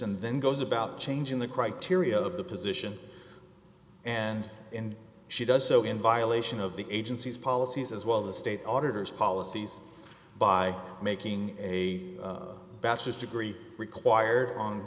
henderson then goes about changing the criteria of the position and in she does so in violation of the agency's policies as well the state auditor's policies by making a bachelor's degree required on